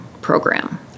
program